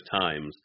times